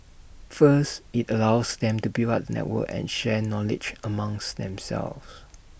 first IT allows them to build up the network and share knowledge amongst themselves